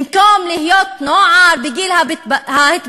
במקום להיות נוער בגיל ההתבגרות,